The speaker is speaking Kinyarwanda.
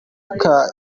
afurika